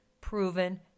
proven